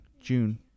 June